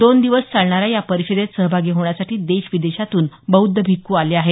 दोन दिवस चालणाऱ्या या परिषदेत सहभागी होण्यासाठी देश विदेशातून बौद्ध भिखू आले आहेत